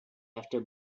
after